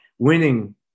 winning